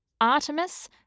Artemis